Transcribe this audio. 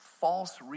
false